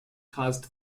caused